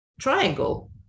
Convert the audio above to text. triangle